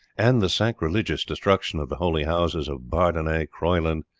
and the sacrilegious destruction of the holy houses of bardenay, croyland,